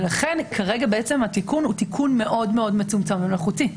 ולכן כרגע התיקון הוא תיקון מאוד מאוד מצומצם ומלאכותי.